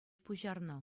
пуҫарнӑ